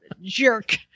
jerk